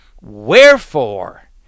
wherefore